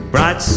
Bright